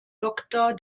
doktor